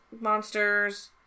monsters